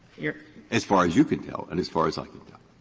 yeah as far as you can tell and as far as i can tell.